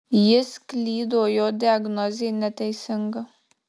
jis klydo jo diagnozė neteisinga